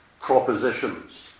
propositions